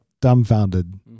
dumbfounded